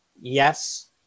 Yes